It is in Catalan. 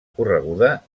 correguda